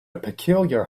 peculiar